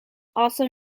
also